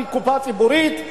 זה מקופה ציבורית,